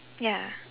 ya